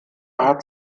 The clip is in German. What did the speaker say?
hat